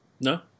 No